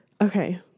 Okay